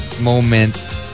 moment